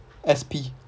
S_P